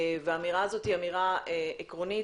והאמירה הזאת היא אמירה עקרונית,